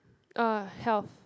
uh health